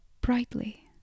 brightly